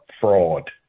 fraud